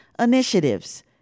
initiatives